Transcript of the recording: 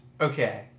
Okay